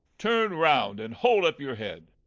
turn round, and hold up your head.